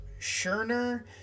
Scherner